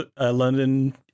London